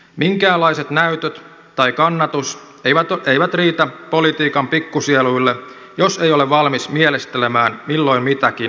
minkäänlaiset näytöt tai kannatus eivät riitä politiikan pikkusieluille jos ei ole valmis mielistelemään milloin mitäkin ja ketäkin